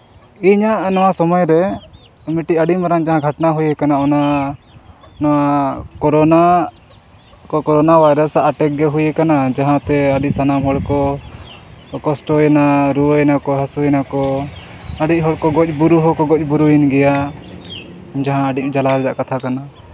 ᱤᱧᱟᱹᱜ ᱱᱚᱣᱟ ᱥᱚᱢᱚᱭ ᱨᱮ ᱢᱤᱫᱴᱤᱡ ᱟᱹᱰᱤ ᱢᱟᱨᱟᱝ ᱡᱟᱦᱟᱸ ᱜᱷᱚᱴᱱᱟ ᱦᱩᱭ ᱟᱠᱟᱱᱟ ᱚᱱᱟ ᱱᱚᱣᱟ ᱠᱳᱨᱳᱱᱟ ᱠᱳᱨᱳᱱᱟ ᱵᱷᱟᱭᱨᱟᱥ ᱮᱴᱮᱠ ᱜᱮ ᱦᱩᱭ ᱟᱠᱟᱱᱟ ᱡᱟᱦᱟᱸᱛᱮ ᱟᱹᱰᱤ ᱥᱟᱱᱟᱢ ᱦᱚᱲ ᱠᱚ ᱠᱚᱥᱴᱚᱭᱱᱟ ᱨᱩᱣᱟᱹᱭ ᱱᱟᱠᱚ ᱦᱟᱹᱥᱩᱭᱱᱟᱠᱚ ᱟᱹᱰᱤ ᱦᱚᱲ ᱠᱚ ᱜᱚᱡ ᱜᱩᱨᱩ ᱦᱚᱸᱠᱚ ᱜᱚᱡ ᱜᱩᱨᱩᱭᱮᱱ ᱜᱮᱭᱟ ᱡᱟᱦᱟᱸ ᱟᱹᱰᱤ ᱡᱟᱞᱟ ᱨᱮᱭᱟᱜ ᱠᱟᱛᱷᱟ ᱠᱟᱱᱟ